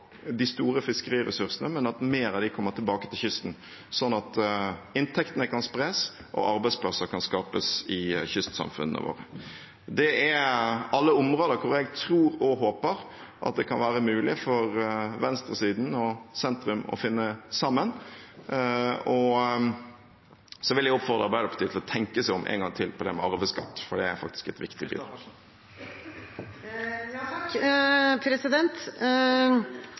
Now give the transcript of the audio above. de store fiskeriressursene, men at mer av dem kommer tilbake til kysten, sånn at inntektene kan spres og arbeidsplasser kan skapes i kystsamfunnene våre. Det er alle områder der jeg tror og håper at det kan være mulig for venstresiden og sentrum å finne sammen. Så vil jeg oppfordre Arbeiderpartiet til å tenke seg om en gang til på det med skatt på arv, for det er faktisk et viktig